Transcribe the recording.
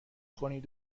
کنید